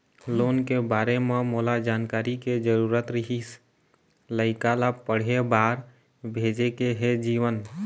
loan के बारे म मोला जानकारी के जरूरत रीहिस, लइका ला पढ़े बार भेजे के हे जीवन